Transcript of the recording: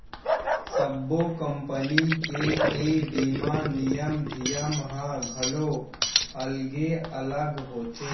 सब्बो कंपनी के ए बीमा नियम धियम ह घलौ अलगे अलग होथे